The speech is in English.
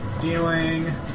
Dealing